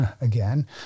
again